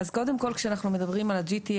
קודם כל כשאנחנו מדברים על ה-GT,